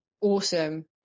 awesome